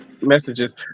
messages